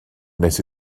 nes